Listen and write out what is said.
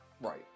Right